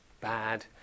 bad